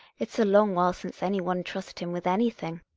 it's a long while since anyone'd trust him with anything.